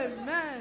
Amen